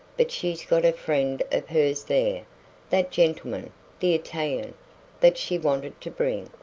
but she's got a friend of hers there that gentleman the italian that she wanted to bring.